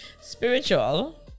Spiritual